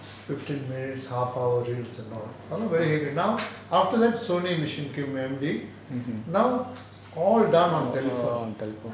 fifteen minutes half hour reels and all but not very heavy now after that Sony machines came M_D now all done on telephone